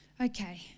Okay